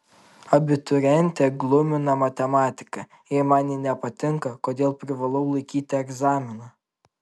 abiturientę glumina matematika jei man ji nepatinka kodėl privalau laikyti egzaminą